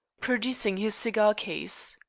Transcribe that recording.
producing his cigar-case.